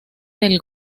del